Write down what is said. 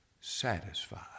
satisfied